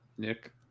Nick